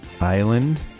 island